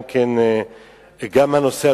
גם הנושא,